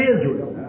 Israel